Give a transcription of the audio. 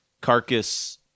Carcass